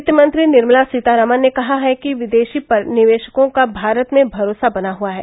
वित्तमंत्री निर्मला सीतारामन ने कहा है कि विदेशी निवेशकों का भारत में भरोसा बना हुआ है